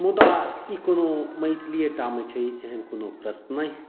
मुदा ई कोनो मैथलिए टा मे छै एहन कोनो प्रश्न नहि